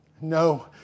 no